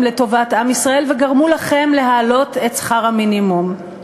לטובת עם ישראל וגרמו לכם להעלות את שכר המינימום.